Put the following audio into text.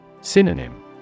Synonym